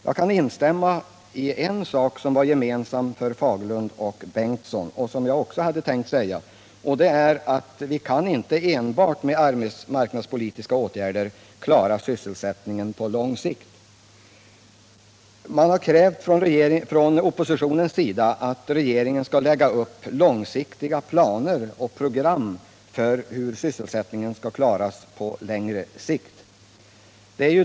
Jag kan instämma i en sak som var gemensam för Fagerlund och Bengtsson och som jag också hade tänkt säga, nämligen att vi inte enbart med arbetsmarknadspolitiska åtgärder kan klara sysselsättningen på lång sikt. Man har krävt från oppositionens sida att regeringen nu skall lägga fram långsiktiga planer och program för hur sysselsättningen skall klaras på längre sikt.